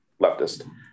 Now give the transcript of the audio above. leftist